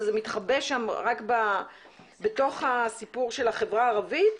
זה מתחבא שם רק בתוך הסיפור של החברה הערבית,